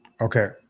Okay